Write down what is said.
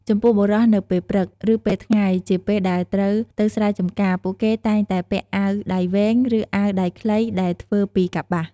ចំពោះ បុរសនៅពេលព្រឹក ឬ ពេលថ្ងៃជាពេលដែលត្រូវទៅស្រែចំការ ពួកគេតែងតែពាក់អាវដៃវែង ឬ អាវដៃខ្លីដែលធ្វើពីកប្បាស។